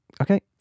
Okay